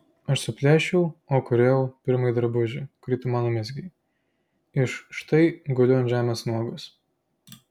aš suplėšiau o kūrėjau pirmąjį drabužį kurį tu man numezgei iš štai guliu ant žemės nuogas